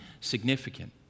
significant